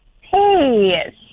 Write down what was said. hey